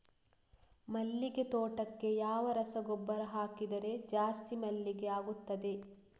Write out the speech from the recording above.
ಮಲ್ಲಿಗೆ ತೋಟಕ್ಕೆ ಯಾವ ರಸಗೊಬ್ಬರ ಹಾಕಿದರೆ ಜಾಸ್ತಿ ಮಲ್ಲಿಗೆ ಆಗುತ್ತದೆ?